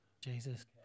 Jesus